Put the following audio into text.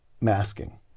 Masking